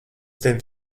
tevi